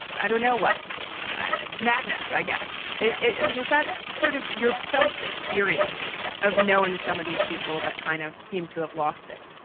i don't know what my madness. i guess it it i mean, is that sort of your felt experience of knowing some of these people that kind of seemed to have lost it?